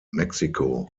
mexico